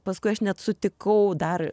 paskui aš net sutikau dar